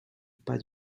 pas